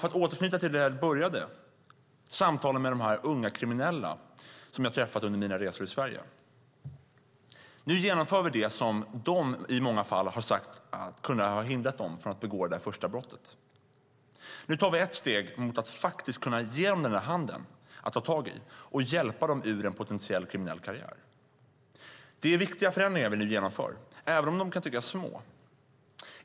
Jag ska återknyta till det jag började med, nämligen samtalen med de unga kriminella som jag har träffat under mina resor i Sverige. Nu genomför vi det som de i många fall har sagt hade kunnat hindra dem från att begå det där första brottet. Nu tar vi ett steg mot att faktiskt kunna ge dem den där handen att ta tag i och hjälpa dem ur en potentiell kriminell karriär. Det är viktiga förändringar som vi nu genomför, även om de kan tyckas vara små.